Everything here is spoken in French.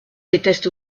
déteste